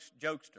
jokester